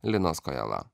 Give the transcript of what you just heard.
linas kojala